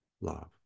love